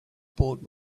board